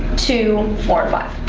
two, four, and five